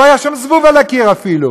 לא היה שם זבוב על הקיר אפילו,